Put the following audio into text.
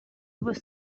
was